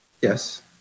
Yes